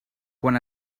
quan